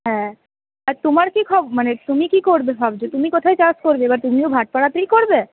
হ্যাঁ আর তোমার কী খব মানে তুমি কী করবে ভাবছ তুমি কোথায় চাষ করবে বা তুমিও ভাটপাড়াতেই করবে